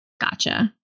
Gotcha